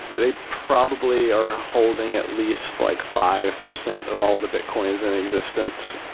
they probably are holding at least like five percent of all the bitcoin is in existence.